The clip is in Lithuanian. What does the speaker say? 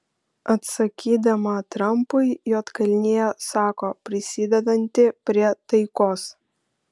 atsakydama trampui juodkalnija sako prisidedanti prie taikos